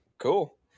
Cool